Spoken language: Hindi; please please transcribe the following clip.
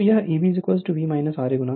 तो यह Eb V Ia R S ra है